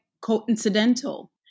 coincidental